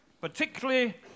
particularly